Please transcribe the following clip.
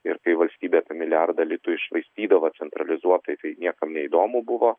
ir kai valstybė apie milijardą litų iššvaistydavo centralizuotai tai niekam neįdomu buvo